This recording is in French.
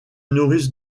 nourrissent